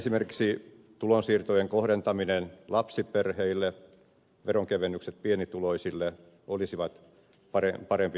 mielestäni esimerkiksi tulonsiirtojen kohdentaminen lapsiperheille veronkevennykset pienituloisille olisivat parempi malli